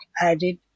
added